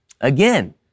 again